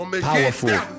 powerful